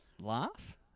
laugh